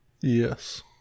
yes